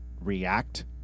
react